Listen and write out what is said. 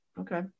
Okay